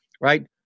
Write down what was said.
Right